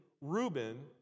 Reuben